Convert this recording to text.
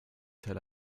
tel